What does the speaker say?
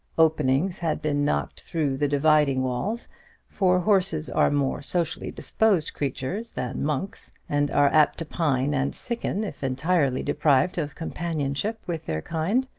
openings had been knocked through the dividing walls for horses are more socially-disposed creatures than monks, and are apt to pine and sicken if entirely deprived of companionship with their kind.